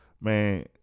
man